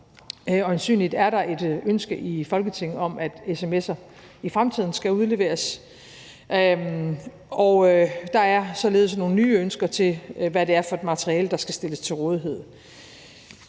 Øjensynligt er der et ønske i Folketinget om, at sms'er i fremtiden skal udleveres, og der er således nogle nye ønsker til, hvad det er for et materiale, der skal stilles til rådighed.